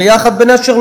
"ביחד" בנשר,